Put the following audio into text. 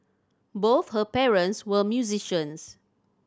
both her parents were musicians